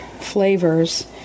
flavors